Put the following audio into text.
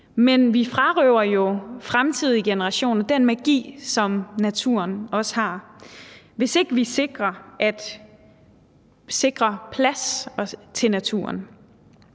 men vi frarøver jo fremtidige generationer den magi, som naturen også har, hvis ikke vi sikrer plads til naturen.